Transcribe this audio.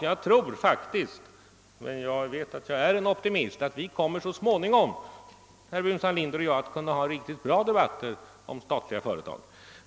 Jag tror faktiskt — jag vet att jag är en optimist — att herr Burenstam Linder och jag så småningom kommer att kunna ha riktigt bra debatter om statliga företag.